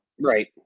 Right